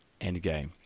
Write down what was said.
Endgame